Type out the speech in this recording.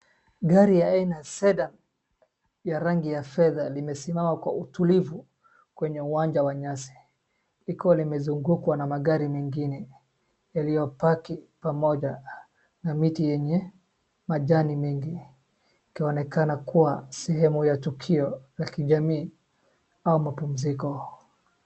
Gari aina ya Sedan ya rangi ya fedha limesimama kwa utulivu kwenye uwanja wa nyasi. Liko limezungukwa na magari mengine yaliyopaki pamoja na miti yenye majani mengi. Likionekana kuwa sehemu ya tukio la kijamii au mapumziko.